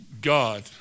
God